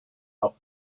out